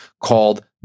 called